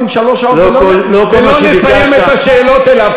שלוש שעות ולא נסיים את השאלות אליו,